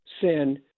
sin